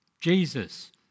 Jesus